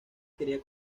quería